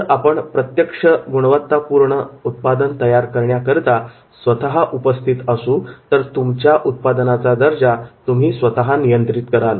जर आपण प्रत्यक्ष गुणवत्तापूर्ण उत्पादन तयार करण्याकरिता स्वतः उपस्थित असू तर तुमच्या उत्पादनाचा दर्जा तुम्ही स्वतः नियंत्रित कराल